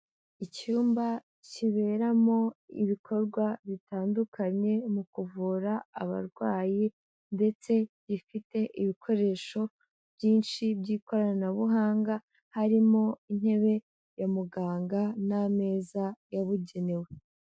Icyumba kiberamo ibikorwa bitandukanye mu kuvura abarwayi; ndetse gifite ibikoresho byinshi by'ikoranabuhanga, harimo intebe ya muganga n'ameza yabugenewe.